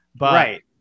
right